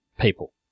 people